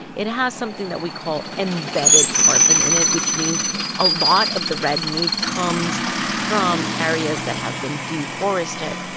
it has something that we call embedded carbon in it, which means a lot of the red meat comes from areas that have been deforested.